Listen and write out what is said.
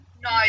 No